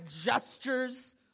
gestures